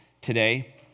today